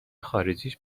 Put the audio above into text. خارجیش